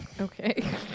Okay